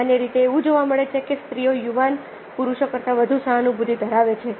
સામાન્ય રીતે એવું જોવા મળે છે કે સ્ત્રીઓ યુવાન પુરુષો કરતાં વધુ સહાનુભૂતિ ધરાવે છે